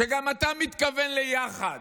שגם אתה תתכוון ליחד,